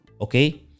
Okay